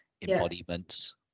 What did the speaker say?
embodiments